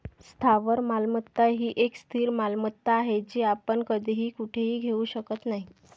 स्थावर मालमत्ता ही एक स्थिर मालमत्ता आहे, जी आपण कधीही कुठेही घेऊ शकत नाही